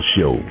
Show